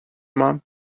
mom